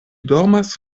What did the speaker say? dormas